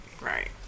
right